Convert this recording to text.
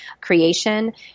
creation